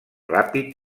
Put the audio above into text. ràpid